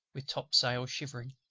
with topsails shivering.